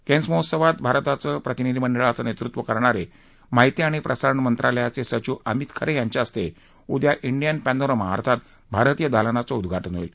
Cannes महोत्सवात भारताचे प्रतिनिधीमंडळाचं नेतृत्व करणारे माहिती आणि प्रसारण मंत्रालयाचे सचिव अमित खरे यांच्या हस्ते उद्या डियन पप्तीरमा अर्थात भारतीय दालनाचं उद्घाटन होईल